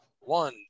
one